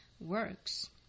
works